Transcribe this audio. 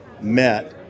met